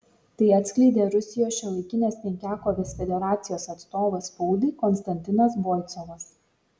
tai atskleidė rusijos šiuolaikinės penkiakovės federacijos atstovas spaudai konstantinas boicovas